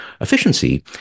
efficiency